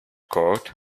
court